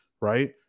right